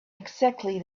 exactly